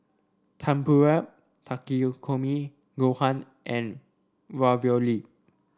Tempura Takikomi Gohan and Ravioli